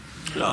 לא,